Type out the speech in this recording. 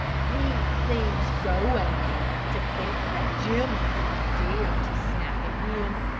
he seemed so angry to think that jim and i dared to snap at him.